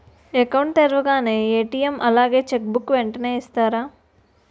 Account తెరవగానే ATM అలాగే cheque book వెంటనే ఇస్తారా?